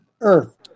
earth